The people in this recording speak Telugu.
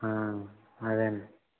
అదేనండి